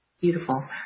Beautiful